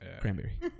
Cranberry